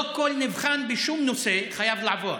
בשום נושא לא כל נבחן חייב לעבור,